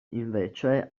invece